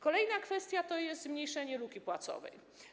Kolejna kwestia to jest zmniejszenie luki płacowej.